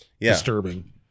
disturbing